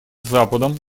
западом